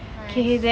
!hais!